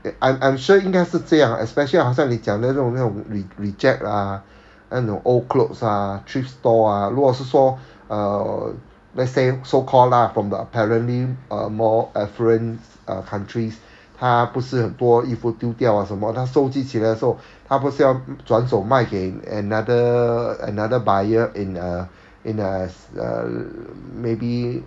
I I'm sure 应该是这样 especially 好像你讲的这种这种 reject ah 那种 old clothes ah thrift store ah 如果是说 err let's say so called lah from the apparently uh more affluent uh countries 他不是多衣服丢掉 or 什么他搜集起来时候他不是要转走卖给 another another buyer in err in uh uh maybe